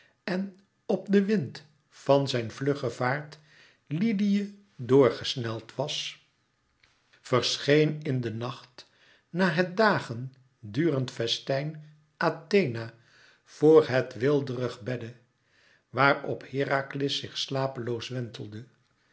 en op den wind van zijn vlugge vaart lydië door gesneld was verscheen in de nacht na het dagen durend festijn athena voor het weelderig bedde waar op herakles zich slapeloos wentelde